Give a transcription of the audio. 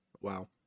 Wow